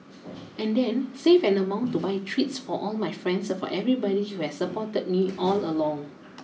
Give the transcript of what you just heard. and then save an amount to buy treats for all my friends for everybody who has supported me all along